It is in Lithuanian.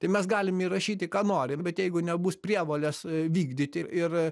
tai mes galim įrašyti ką norim bet jeigu nebus prievolės vykdyti ir